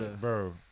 bro